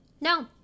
No